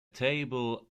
table